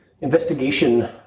investigation